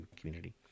community